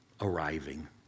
arriving